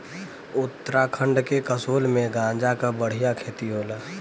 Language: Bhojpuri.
उत्तराखंड के कसोल में गांजा क बढ़िया खेती होला